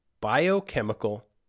biochemical